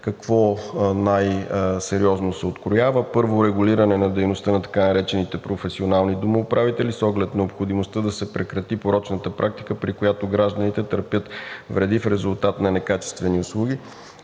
какво най-сериозно се откроява. Първо, регулиране на дейността на така наречените професионални домоуправители с оглед необходимостта да се прекрати порочната практика, при която гражданите търпят вреди в резултат на некачествени услуги.